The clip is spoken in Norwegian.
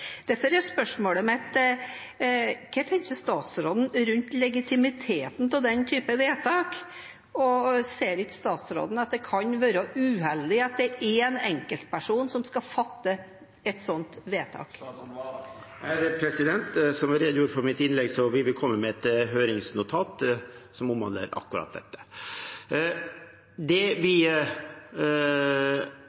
Derfor er spørsmålet mitt: Hva tenker statsråden rundt legitimiteten av slike vedtak, og ser ikke statsråden at det kan være uheldig at det er én enkeltperson som skal fatte et sånt vedtak? Som jeg redegjorde for i mitt innlegg, vil vi komme med et høringsnotat som omhandler akkurat dette. Det vi